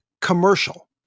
commercial